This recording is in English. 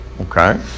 Okay